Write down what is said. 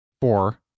Four